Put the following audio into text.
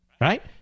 right